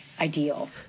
ideal